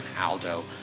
Aldo